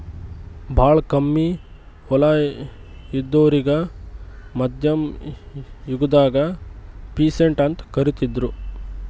ಭಾಳ್ ಕಮ್ಮಿ ಹೊಲ ಇದ್ದೋರಿಗಾ ಮಧ್ಯಮ್ ಯುಗದಾಗ್ ಪೀಸಂಟ್ ಅಂತ್ ಕರಿತಿದ್ರು